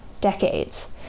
decades